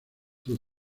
two